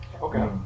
Okay